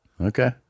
Okay